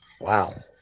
wow